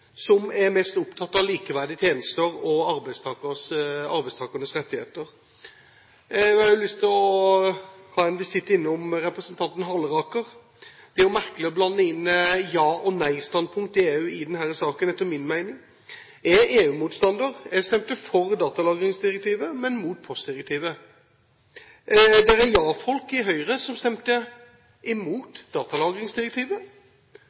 som er mest opptatt av likeverdige tjenester og arbeidstakernes rettigheter. Jeg har lyst til å avlegge representanten Halleraker en visitt. Det blir etter min mening merkelig å blande inn ja- og nei-standpunkt til EU i denne saken. Jeg er EU-motstander. Jeg stemte for datalagringsdirektivet, men er imot postdirektivet. Det er ja-folk i Høyre som stemte